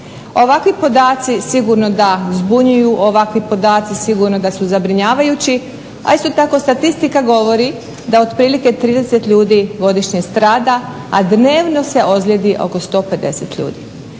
Ovakvi podaci sigurno da zbunjuju, ovakvi podaci sigurno da su zabrinjavajući, a isto tako statistika govori da otprilike 30 ljudi godišnje strada, a dnevno se ozlijedi oko 150 ljudi.